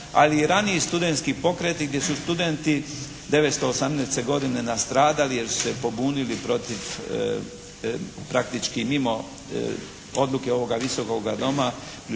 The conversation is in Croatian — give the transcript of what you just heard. ali i raniji studentski pokreti gdje su studenti 918. godine nastradali jer su se pobunili protiv praktički mimo odluke ovoga Visokoga doma